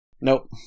Nope